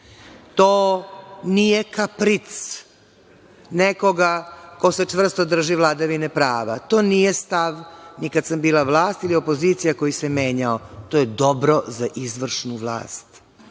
To nije kapric nekoga ko se čvrsto drži vladavine prava. To nije stav ni kada sam bila vlast ili opozicija koji se menjao. To je dobro za izvršnu vlast.